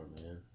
man